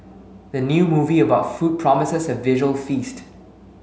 the new movie about food promises a visual feast